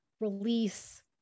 release